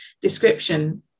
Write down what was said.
description